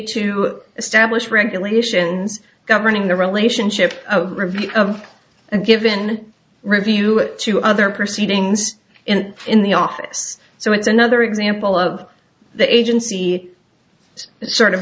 to establish regulations governing the relationship of review of a given review it to other proceedings and in the office so it's another example of the agency sort of